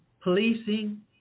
policing